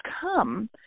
come